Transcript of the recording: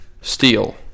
steel